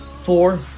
Four